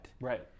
Right